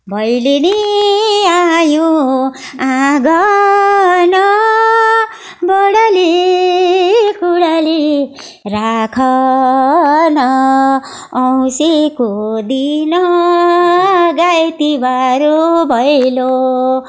भैलेनी आयो आँगन बढारी कुढारी राख न औँसीको दिन गाई तिहार हो भैलो